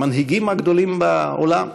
מן המנהיגים הגדולים בעולם,